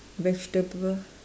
vegetable